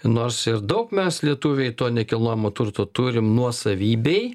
nors ir daug mes lietuviai to nekilnojamo turto turim nuosavybėj